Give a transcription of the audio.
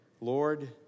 Lord